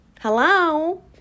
Hello